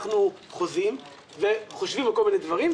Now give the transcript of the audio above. אנחנו חושבים על כל מיני דברים,